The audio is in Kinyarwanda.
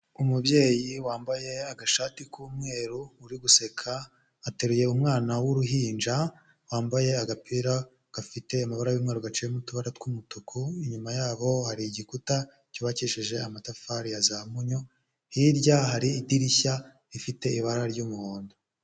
Umubyeyi wambaye agashati k'umweru uri guseka, ateruye umwana w'uruhinja, wambaye agapira gafite amabara y'umweru gaciyemo utubara tw'umutuku, inyuma yabo hari igikuta cyubakisheje amatafari ya mpunyu, hirya hari idirishya rifite ibara ry'umuhondo.